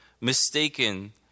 mistaken